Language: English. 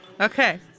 Okay